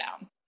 down